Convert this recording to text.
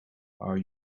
are